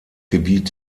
gebiet